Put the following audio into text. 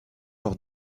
lors